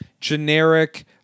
generic